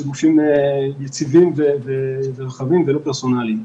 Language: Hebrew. גופים יציבים ורחבים ולא פרסונאליים.